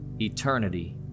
eternity